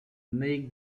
make